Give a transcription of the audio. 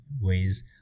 ways